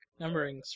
numberings